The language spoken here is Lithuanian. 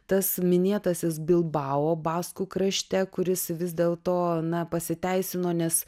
tas minėtasis bilbao baskų krašte kuris vis dėlto na pasiteisino nes